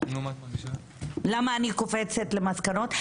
למה אני קופצת למסקנות?